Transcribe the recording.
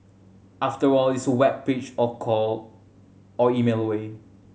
after all it's a web page or call or email away